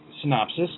synopsis